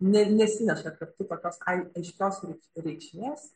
ne ne nesineša kaip tik tokios ai aiškios rei reikšmės